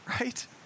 right